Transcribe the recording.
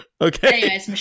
Okay